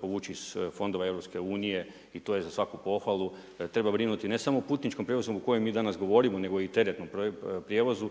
povući iz fondova EU i to je za svaku pohvalu. Treba brinuti ne samo o putničkom prijevozu o kojem mi danas govorimo nego i teretnom prijevozu